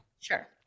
Sure